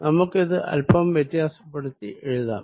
നമുക്കിത് അൽപ്പം വ്യത്യാസപ്പെടുത്തി എഴുതാം